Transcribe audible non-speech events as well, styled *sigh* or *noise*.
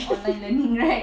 *laughs*